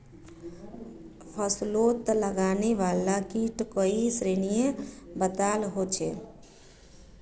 फस्लोत लगने वाला कीट कई श्रेनित बताल होछे